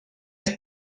ist